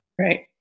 Right